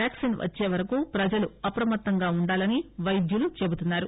వాక్సిన్వచ్చేవరకు ప్రజలు అప్రమత్తంగా ఉండాలని పైద్యులు చెబుతున్నారు